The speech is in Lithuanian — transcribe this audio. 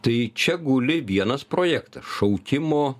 tai čia guli vienas projektas šaukimo